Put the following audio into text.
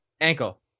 ankle